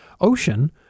Ocean